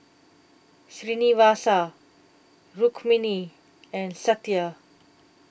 Srinivasa Rukmini and Satya